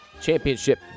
championship